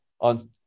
on